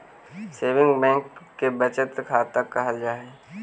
saving bank के बचत खाता कहल जा हइ